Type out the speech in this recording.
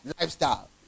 lifestyle